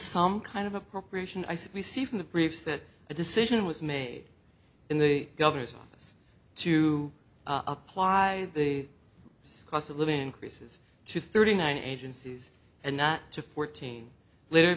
some kind of appropriation i said we see from the briefs that a decision was made in the governor's office to apply the cost of living increases to thirty nine agencies and not to fourteen later